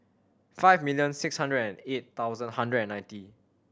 five million six hundred and eight thousand hundred and ninety